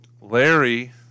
Larry